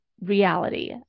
reality